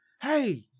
Hey